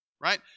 right